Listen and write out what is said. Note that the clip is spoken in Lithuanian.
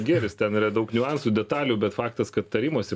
gėris ten yra daug niuansų detalių bet faktas kad tarimosi